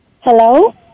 Hello